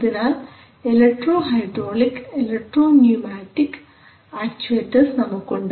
അതിനാൽ electro hydraulic electro pneumatic actuators നമുക്കുണ്ട്